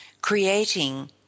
creating